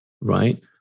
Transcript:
right